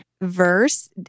verse